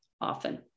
often